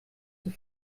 zur